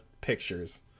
pictures